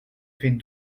fait